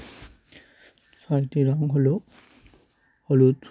সাতটি রঙ হলো হলুদ